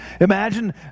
Imagine